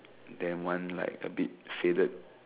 then one like a bit faded